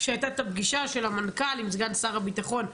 שהייתה את הפגישה של המנכ"ל עם סגן שר הביטחון.